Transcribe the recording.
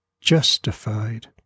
justified